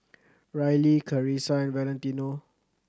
Rylee Carisa and Valentino